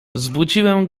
zbudziłem